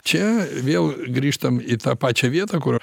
čia vėl grįžtam į tą pačią vietą kur